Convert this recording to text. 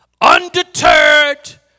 undeterred